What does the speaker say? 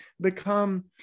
become